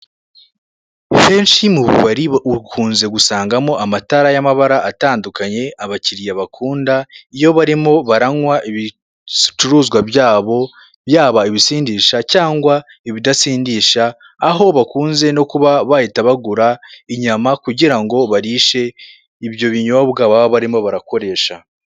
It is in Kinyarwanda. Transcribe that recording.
Henshi mu bubari ukunze gusanga mo amatara y'amabara atandukanye, abakiriya bakunda iyo barimo baranywa ibicuruzwa byabo, yaba ibisindisha cyangwa ibidasindisha, aho bakunze no kuba bahita bagura inyama kugira ngo barishe ibyo binyobwa baba barimo barakoresha.